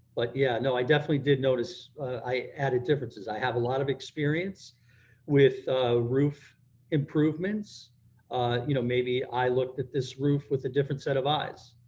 but yeah, no, i definitely did notice, i added differences. i have a lot of experience with roof improvements you know maybe i looked at this roof with a different set of eyes.